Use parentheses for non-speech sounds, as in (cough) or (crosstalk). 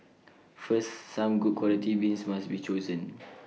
first some good quality beans must be chosen (noise)